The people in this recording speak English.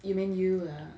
you mean you ah